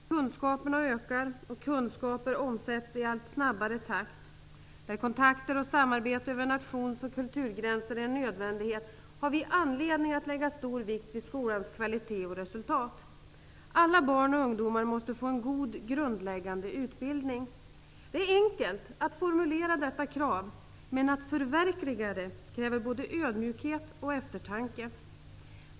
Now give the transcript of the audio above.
Herr talman! Utbildningsfrågorna har avgörande betydelse för Sveriges möjligheter att utvecklas. I en värld där kunskaperna ökar och omsätts i en allt snabbare takt och där kontakter och samarbete över nations och kulturgränser är en nödvändighet har vi anledning att lägga stor vikt vid skolans kvalitet och resultat. Alla barn och ungdomar måste få en god grundläggande utbildning. Det är enkelt att formulera detta krav. Men att förverkliga det kräver både ödmjukhet och eftertanke.